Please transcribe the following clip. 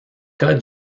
cas